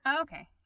Okay